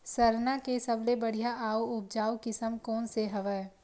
सरना के सबले बढ़िया आऊ उपजाऊ किसम कोन से हवय?